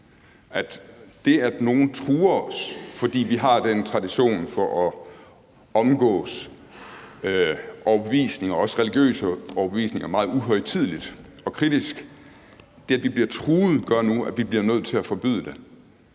altså at nogen truer os, fordi vi har den tradition for at omgås overbevisninger, også religiøse overbevisninger, meget uhøjtideligt og kritisk. Det, at vi bliver truet, gør nu, at vi bliver nødt til at forbyde det.